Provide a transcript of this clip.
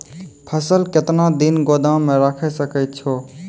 फसल केतना दिन गोदाम मे राखै सकै छौ?